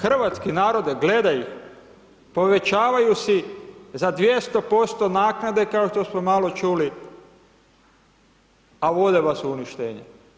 Hrvatski narode, gledaj ih, povećavaju si za 200% naknade kao što smo malo čuli, a vode vas u uništenje.